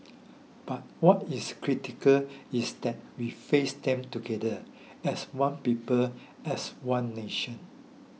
but what is critical is that we face them together as one people as one nation